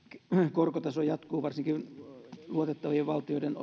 korkotaso jatkuu varsinkin luotettavien valtioiden